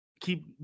keep